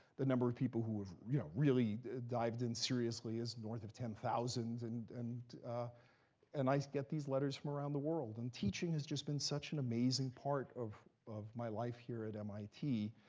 the number of people who have you know really dived in seriously is north of ten thousand. and and and i get these letters from around the world. and teaching has just been such an amazing part of of my life here at mit.